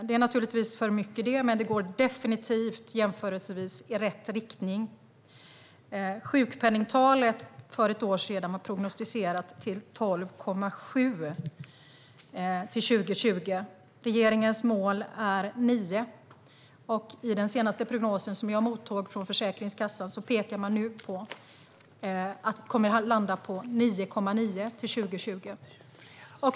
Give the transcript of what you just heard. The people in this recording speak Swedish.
Det är naturligtvis för mycket, men jämförelsevis går det definitivt i rätt riktning. Sjukpenningtalet för ett år sedan var prognosticerat till 12,7 till 2020. Regeringens mål är 9. I den senaste prognosen som jag mottog från Försäkringskassan pekar man nu på att det kommer att landa på 9,9 till 2020.